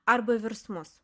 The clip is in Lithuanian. arba virsmus